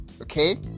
Okay